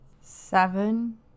Seven